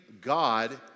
God